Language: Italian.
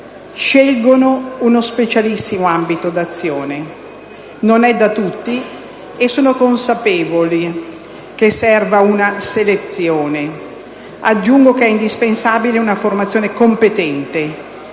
scelgono uno specialissimo ambito d'azione: non è da tutti, e sono consapevole della necessità della selezione. Aggiungo che è indispensabile una formazione competente,